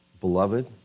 beloved